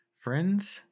friends